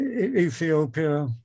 Ethiopia